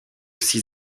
six